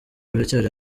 biracyari